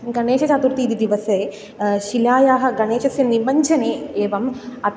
गणेशचतुर्थी इति दिवसे शिलायाः गणेशस्य निमञ्जने एवम् अतः